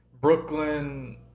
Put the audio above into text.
Brooklyn